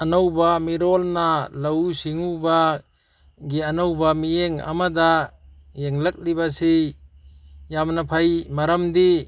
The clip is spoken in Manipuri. ꯑꯅꯧꯕ ꯃꯤꯔꯣꯜꯅ ꯂꯧꯎ ꯁꯤꯡꯎꯕꯒꯤ ꯑꯅꯧꯕ ꯃꯤꯠꯌꯦꯡ ꯑꯃꯗ ꯌꯦꯡꯂꯛꯂꯤꯕꯁꯤ ꯌꯥꯝꯅ ꯐꯩ ꯃꯔꯝꯗꯤ